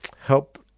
help